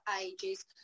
ages